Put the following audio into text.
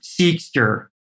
Seekster